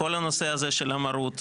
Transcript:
כל הנושא הזה של המרות.